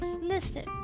Listen